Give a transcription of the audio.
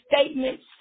statements